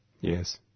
Yes